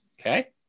Okay